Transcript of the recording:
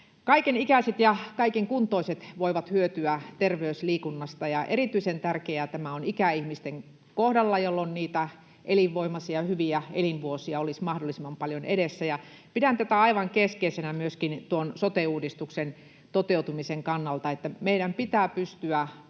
Kaikenikäiset ja kaikenkuntoiset voivat hyötyä terveysliikunnasta, ja erityisen tärkeää tämä on ikäihmisten kohdalla, jolloin niitä elinvoimaisia, hyviä elinvuosia olisi mahdollisimman paljon edessä. Pidän tätä aivan keskeisenä myöskin tuon sote-uudistuksen toteutumisen kannalta, että meidän pitää pystyä